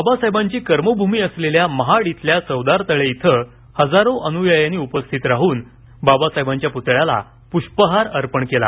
बाबासाहेबांची कर्मभूमी असलेल्या महाड येथील चवदार तळे येथे हजारो अन्यायांनी उपस्थित राहून बाबासाहेबांच्या पुतळ्यास पुष्पहार अर्पण केला